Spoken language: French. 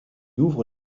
ouvre